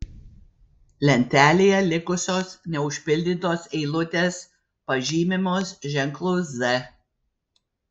lentelėje likusios neužpildytos eilutės pažymimos ženklu z